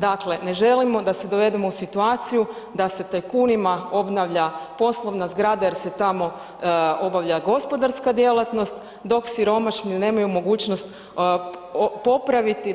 Dakle, ne želimo da se dovedemo u situaciju da se tajkunima obnavlja poslovna zgrada jer se tamo obavlja gospodarska djelatnost, dok siromašni nemaju mogućnost popraviti